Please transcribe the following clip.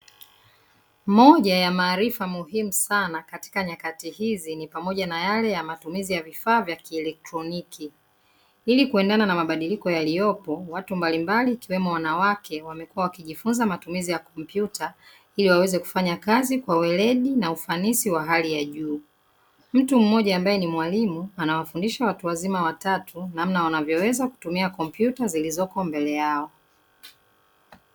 Moja ya maarifa muhimu sana katika nyakati hizi ni pamoja nayale ya matumizi ya vifaa vya kielektroniki, ili kuendana na mabadiliko yaliyopo watu mbalimbali wakiwemo wanawake wamekuwa wakijifunza matumizi ya kompyuta ili waweze kufanya kazi kwa weledi na ufanisi wa hali ya juu. Mtu mmoja ambae ni mwalimu anawafundisha watu wazima watatu namna wanavyoweza kutumia kompyuta zilizopo mbele yao.